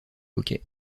hockey